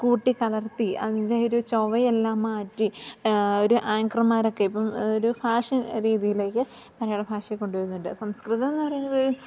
കൂട്ടിക്കലർത്തി അതിൻറ്റെ ഒരു ചുവയെല്ലാം മാറ്റി ഒരു ആങ്കറുമാരൊക്കെ ഇപ്പം ഒരു ഫാഷൻ രീതിയിലേക്ക് മലയാള ഭാഷയെ കൊണ്ടു വരുന്നുണ്ട് സംസ്കൃതമെന്നു പറയുന്നത്